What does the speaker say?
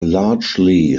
largely